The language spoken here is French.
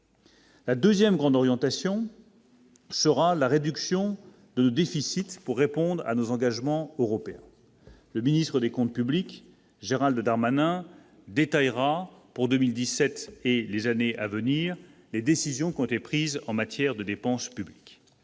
La 2ème grande orientation. Ce sera la réduction de déficit pour répondre à nos engagements européens, le ministre des Comptes publics Gérald Darmanin détaillera pour 2017 et les années à venir, les décisions qui ont été prises en matière de dépenses publiques,